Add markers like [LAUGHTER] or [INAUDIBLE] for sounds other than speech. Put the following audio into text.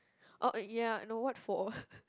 uh ya no what for [BREATH]